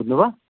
बुझ्नुभयो